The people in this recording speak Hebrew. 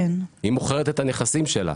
היא מוכרת את הנכסים שלה